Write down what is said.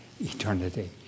eternity